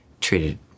treated